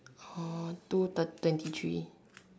or two third thirty three